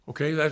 Okay